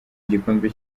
igikombe